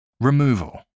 removal